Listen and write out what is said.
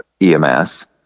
EMS